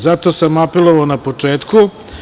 Zato sam apelovao na početku.